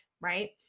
right